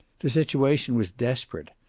the situation was desperate.